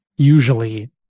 usually